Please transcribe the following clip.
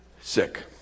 sick